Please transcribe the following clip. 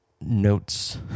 notes